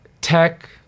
tech